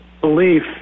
belief